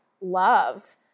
love